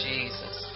Jesus